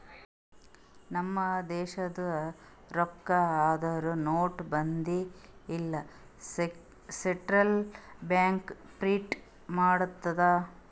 ನಮ್ ದೇಶದು ರೊಕ್ಕಾ ಅಂದುರ್ ನೋಟ್, ಬಂದಿ ಎಲ್ಲಾ ಸೆಂಟ್ರಲ್ ಬ್ಯಾಂಕ್ ಪ್ರಿಂಟ್ ಮಾಡ್ತುದ್